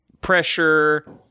pressure